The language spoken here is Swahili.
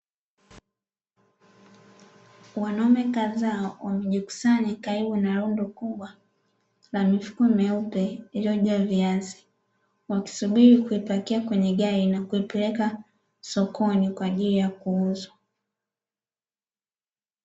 Wanaume kadhaa wamejikusanya karibu na rundo kubwa la mifuko myeupe iliyojaa viazi, wakisubiri kuipakia kwenye gari na kuipeleka sokoni kwa ajili ya kuuzwa.